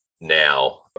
now